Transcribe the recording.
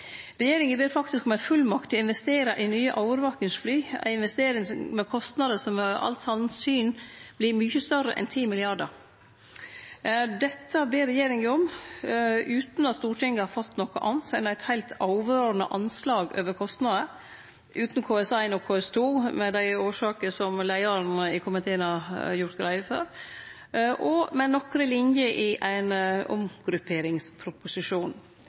Regjeringa ber faktisk om ei fullmakt til å investere i nye overvakingsfly, ei investering med kostnader som med alt sannsyn vert mykje større enn 10 mrd. kr. Dette ber regjeringa om utan at Stortinget har fått noko anna enn eit heilt overordna anslag over kostnader, utan KS1 og KS2, med dei årsakene som leiaren i komiteen har gjort greie for, og med nokre linjer i ein omgrupperingsproposisjon.